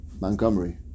Montgomery